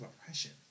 oppression